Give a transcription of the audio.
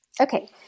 Okay